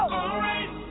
alright